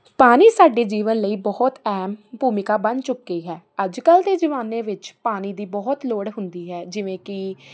ਪਾਣੀ ਸਾਡੇ ਜੀਵਨ ਲਈ ਬਹੁਤ ਅਹਿਮ ਭੂਮਿਕਾ ਬਣ ਚੁੱਕੀ ਹੈ ਅੱਜ ਕੱਲ੍ਹ ਦੇ ਜ਼ਮਾਨੇ ਵਿੱਚ ਪਾਣੀ ਦੀ ਬਹੁਤ ਲੋੜ ਹੁੰਦੀ ਹੈ ਜਿਵੇਂ ਕਿ